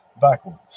backwards